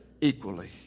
equally